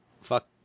Fuck